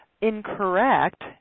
incorrect